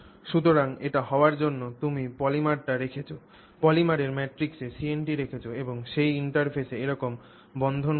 সুতরাং এটি হওয়ার জন্য তুমি পলিমারটি রেখেছ পলিমারের ম্যাট্রিক্সে CNT রেখেছ এবং সেই ইন্টারফেসে একরকম বন্ধন ঘটেছে